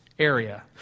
Area